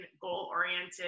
goal-oriented